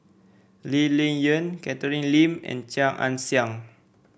Lee Ling Yen Catherine Lim and Chia Ann Siang